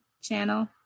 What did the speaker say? channel